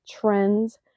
trends